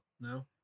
No